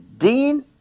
Dean